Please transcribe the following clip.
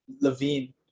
Levine